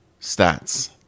stats